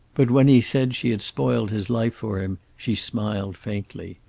but when he said she had spoiled his life for him she smiled faintly.